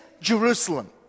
Jerusalem